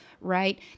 right